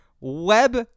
web